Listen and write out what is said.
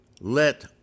let